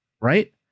right